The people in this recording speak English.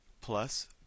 plus